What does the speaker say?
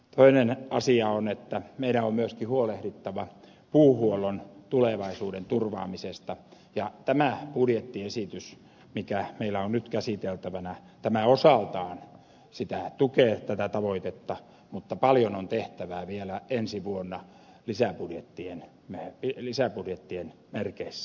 toinen asia on että meidän on myöskin huolehdittava puuhuollon tulevaisuuden turvaamisesta ja tämä budjettiesitys mikä meillä on nyt käsiteltävänä osaltaan tukee tätä tavoitetta mutta paljon on tehtävää vielä ensi vuonna lisäbudjettien merkeissä